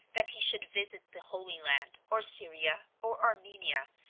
that he should visit the holy land, or syria, or armenia,